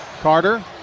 Carter